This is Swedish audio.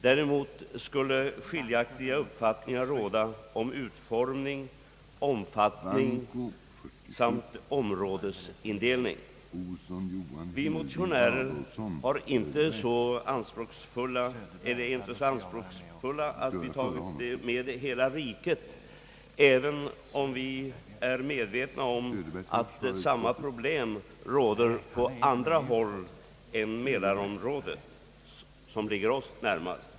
Däremot skulle skiljaktiga uppfattningar råda om utformning, omfattning samt områdesindelning. Vi motionärer är inte så anspråksfulla att vi tagit med hela riket, även om vi är medvetna om att samma problem råder på andra håll än inom mälarområdet, som ligger oss närmast.